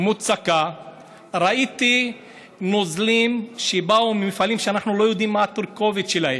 מוצקה ראיתי נוזלים שבאו ממפעלים שאנחנו לא יודעים מה התרכובת שלהם,